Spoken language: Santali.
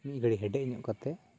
ᱢᱤᱫ ᱜᱷᱟᱹᱲᱤᱡ ᱦᱮᱰᱮᱡ ᱧᱚᱜ ᱠᱟᱛᱮᱫ